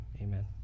Amen